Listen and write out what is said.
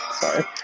Sorry